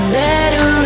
better